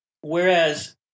whereas